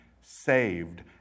saved